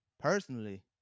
personally